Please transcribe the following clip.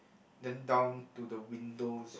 then down to the windows